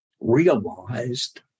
realized